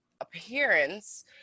appearance